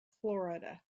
florida